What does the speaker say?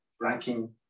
ranking